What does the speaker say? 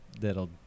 that'll